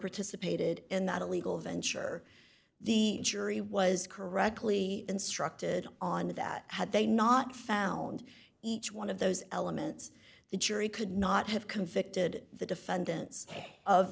participated in that illegal venture the jury was correctly instructed on that had they not found each one of those elements the jury could not have convicted the defendant